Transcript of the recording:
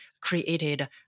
created